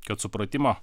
kad supratimo